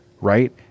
right